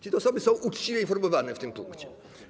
Czy te osoby są uczciwie informowane w tym punkcie?